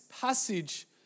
passage